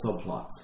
subplots